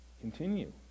continue